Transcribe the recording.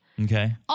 Okay